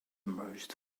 merged